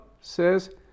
says